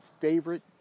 favorite